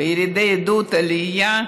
בירידי עידוד עלייה,